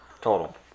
total